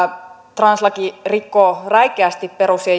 translaki rikkoo räikeästi perus ja